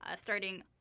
starting